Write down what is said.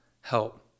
help